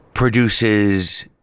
produces